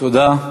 תודה.